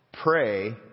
Pray